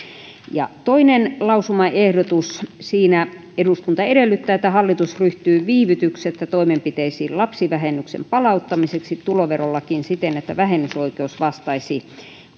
toinen lausumaehdotus eduskunta edellyttää että hallitus ryhtyy viivytyksettä toimenpiteisiin lapsivähennyksen palauttamiseksi tuloverolakiin siten että vähennysoikeus vastaisi